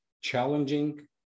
challenging